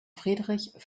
friedrich